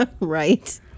Right